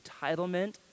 entitlement